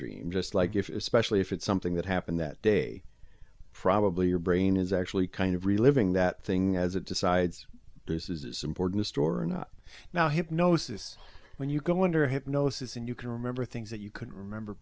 dream just like if especially if it's something that happened that day probably your brain is actually kind of reliving that thing as it decides this is important to store or not now hypnosis when you go under hypnosis and you can remember things that you could remember